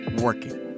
working